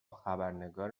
خبرنگار